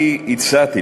אני הצעתי,